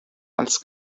als